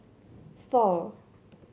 four